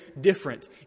different